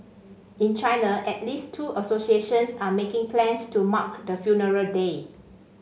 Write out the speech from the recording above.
in China at least two associations are making plans to mark the funeral day